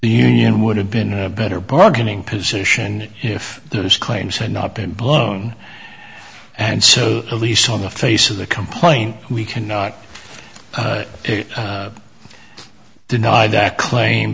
union would have been a better bargaining position if those claims had not been blown and so at least on the face of the complaint we cannot deny that claim